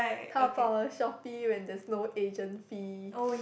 Taobao Shopee when there's no agent fee